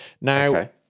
now